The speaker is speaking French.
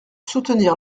soutenir